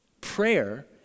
Prayer